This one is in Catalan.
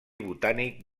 botànic